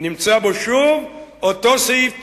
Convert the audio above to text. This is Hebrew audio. ונמצא בו שוב אותו סעיף 19: